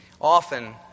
Often